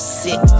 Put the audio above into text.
sick